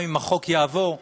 גם אם החוק יעבור,